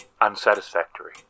unsatisfactory